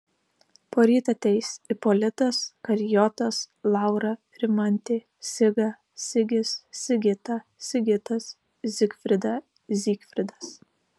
poryt ateis ipolitas karijotas laura rimantė siga sigis sigita sigitas zigfrida zygfridas